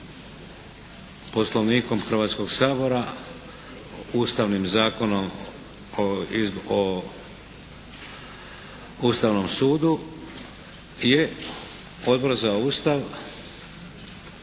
Poslovnikom Hrvatskog sabora, Ustavnim zakonom o Ustavnom sudu je Odbor za Ustav